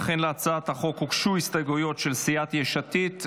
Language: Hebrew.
אכן להצעת החוק הוגשו הסתייגויות של סיעת יש עתיד.